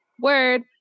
word